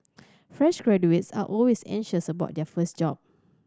fresh graduates are always anxious about their first job